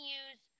use